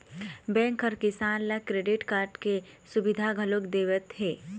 bank ह किसान ल क्रेडिट कारड के सुबिधा घलोक देवत हे